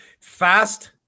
fast